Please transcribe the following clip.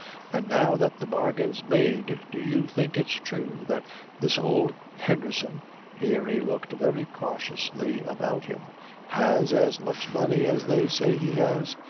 and now that the bargain's made, do you think it's thrue that this old hendherson here he looked very cautiously about him has as much money as they say he has?